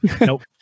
Nope